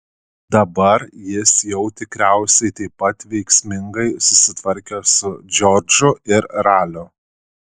dabar jis jau tikriausiai taip pat veiksmingai susitvarkė su džordžu ir raliu